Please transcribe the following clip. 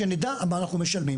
שנדע על מה אנחנו משלמים.